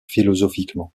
philosophiquement